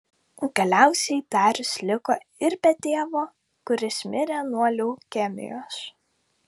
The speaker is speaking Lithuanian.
galiausiai darius liko ir be tėvo kuris mirė nuo leukemijos